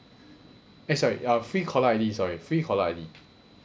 eh sorry uh free caller I_D sorry free caller I_D